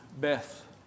Beth